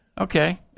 Okay